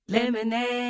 Lemonade